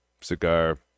cigar